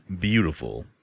beautiful